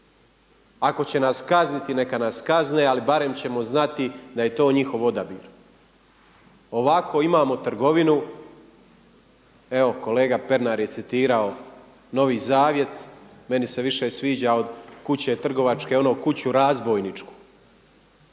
Ako će nas kazniti, neka nas kazne, ali barem ćemo znati da je to njihov odabir. Ovako imamo trgovinu evo kolega Pernar je citirao Novi zavjet. Meni se više sviđa od kuće trgovačke ono kuću razbojničku.